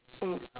mm